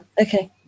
Okay